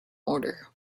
order